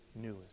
news